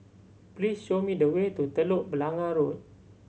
please show me the way to Telok Blangah Road